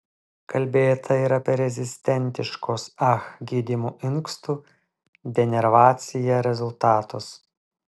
kalbėta ir apie rezistentiškos ah gydymo inkstų denervacija rezultatus